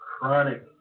chronic